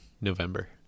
November